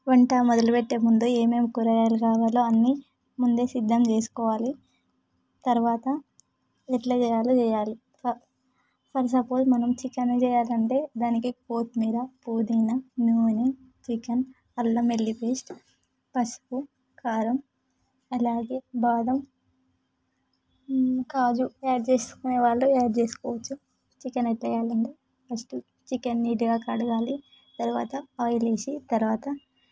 వంట మొదలు పెట్టేముందు ఏమేమి కూరగాయలు కావాలో అన్నీ ముందే సిద్ధం చేసుకోవాలి తర్వాత ఎలా చేయాలో చేయాలి ఫర్ సప్పోజ్ మనం చికెన్ చేయాలంటే దానికి కొత్తిమీర పుదీనా నూనె చికెన్ అల్లం వెల్లుల్లి పేస్ట్ పసుపు కారం అలాగే బాదం కాజు యాడ్ చేసుకునే వాళ్ళు యాడ్ చేసుకోవచ్చు చికెన్ ఎలా చేయాలంటే ఫస్ట్ చికెన్ నీట్గా కడగాలి తర్వాత ఆయిల్ వేసి తరువాత